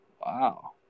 Wow